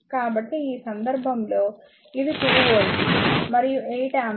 కాబట్టి ఈ సందర్భంలో ఇది 2 వోల్ట్లు మరియు 8 ఆంపియర్లు